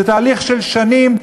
זה תהליך של שנים,